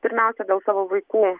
pirmiausia dėl savo vaikų